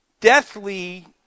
deathly